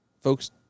folks